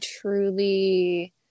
truly